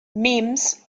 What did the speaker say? memes